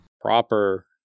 Proper